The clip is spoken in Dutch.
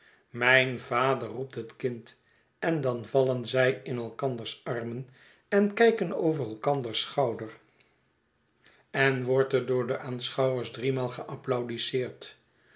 mijn vader roept het kind en dan vallen zij in elkanders armen en kijken over elkanders schouders en wordt er arm